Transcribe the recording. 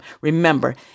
Remember